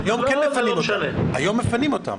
היום מפנים אותם.